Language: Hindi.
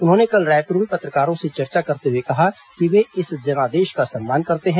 उन्होंने कल रायपुर में पत्रकारों से चर्चा करते हुए कहा कि वे इस जनादेश का सम्मान करते हैं